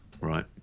Right